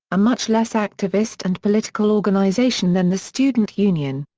a much less activist and political organisation than the student union.